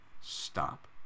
Stop